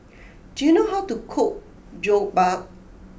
do you know how to cook Jokbal